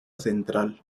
central